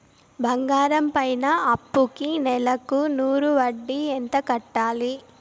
బంగారం పైన అప్పుకి నెలకు నూరు వడ్డీ ఎంత కట్టాలి?